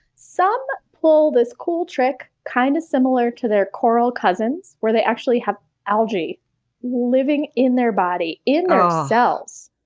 some pull this cool trick, kind of similar to their coral cousins where they actually have algae living in their body, in their ah cells.